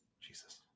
Jesus